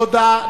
תודה.